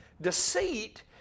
Deceit